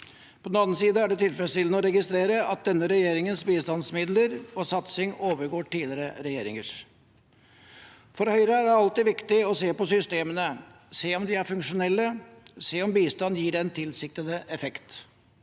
På den annen side er det tilfredsstillende å registrere at denne regjerings bistandsmidler og satsing overgår tidligere regjeringers. For Høyre er det alltid viktig å se på systemene, se om de er funksjonelle, se om bistanden gir den tilsiktede effekt.